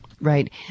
Right